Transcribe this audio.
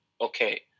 okay